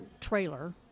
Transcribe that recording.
trailer